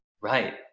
Right